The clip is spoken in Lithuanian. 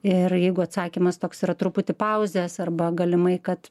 ir jeigu atsakymas toks yra truputį pauzės arba galimai kad